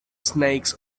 snakes